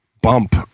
bump